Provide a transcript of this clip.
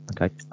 okay